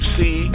see